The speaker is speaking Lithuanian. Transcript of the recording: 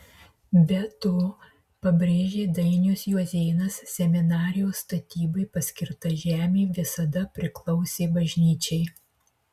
be to pabrėžė dainius juozėnas seminarijos statybai paskirta žemė visada priklausė bažnyčiai